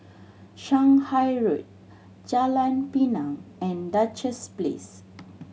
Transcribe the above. Shanghai Road Jalan Pinang and Duchess Place